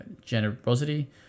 generosity